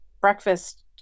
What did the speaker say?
breakfast